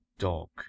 dog